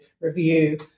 review